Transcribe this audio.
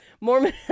Mormon